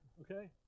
Okay